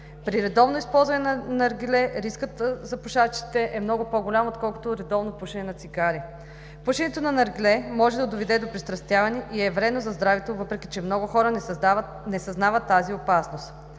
При редовно използване на наргиле рискът за пушачите е много по-голям, отколкото редовно пушене на цигари. Пушенето на наргиле може да доведе до пристрастяване и е вредно за здравето, въпреки че много хора не съзнават тази опасност.